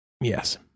Yes